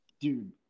Dude